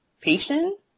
patient